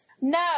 No